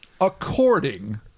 According